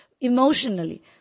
Emotionally